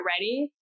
ready